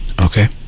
Okay